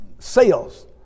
Sales